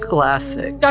Classic